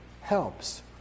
helps